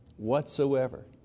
whatsoever